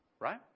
Right